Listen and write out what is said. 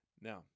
Now